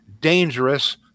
dangerous